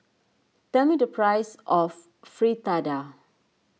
tell me the price of Fritada